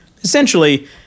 Essentially